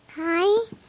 Hi